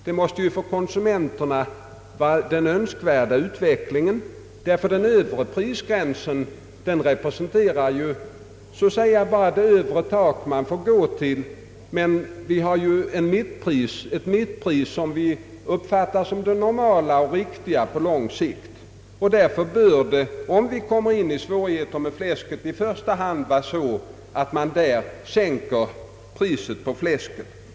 Det måste ju för konsumenterna vara den önskvärda utvecklingen, ty den övre prisgränsen representerar så att säga bara det tak man får gå till. Det finns ju också ett mittpris som vi uppfattar som det normala och riktiga på lång sikt. Därför bör vi, om svårigheter uppstår i fråga om fläsket, som jag sade, i första hand sänka fläskpriset.